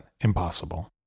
impossible